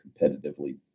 competitively